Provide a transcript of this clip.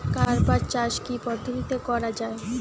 কার্পাস চাষ কী কী পদ্ধতিতে করা য়ায়?